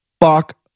fuck